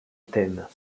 thème